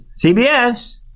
CBS